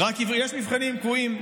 יש מבחנים קבועים.